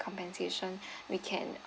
compensation we can